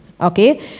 Okay